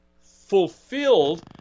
fulfilled